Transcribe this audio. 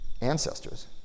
ancestors